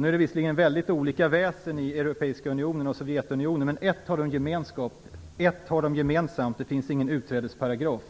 Nu är visserligen Sovjetunionen och Europeiska unionen väsensskilda, men ett har de gemensamt - det finns ingen utträdesparagraf,